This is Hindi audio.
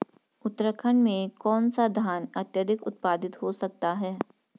उत्तराखंड में कौन सा धान अत्याधिक उत्पादित हो सकता है?